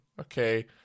Okay